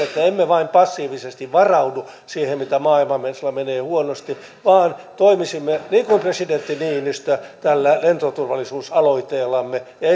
että emme vain passiivisesti varaudu siihen mitä maailmalla menee huonosti vaan toimisimme niin kuin presidentti niinistö tällä lentoturvallisuusaloitteellamme ja